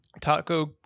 taco